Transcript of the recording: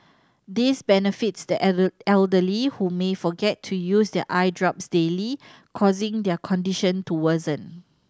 this benefits the elder elderly who may forget to use their eye drops daily causing their condition to worsen